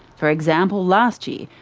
for example, last year,